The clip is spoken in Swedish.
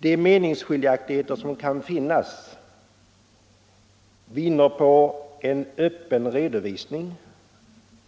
De meningsskiljaktigheter som kan finnas vinner på en öppen redovisning